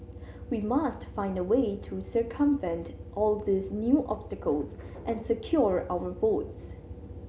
we must find a way to circumvent all these new obstacles and secure our votes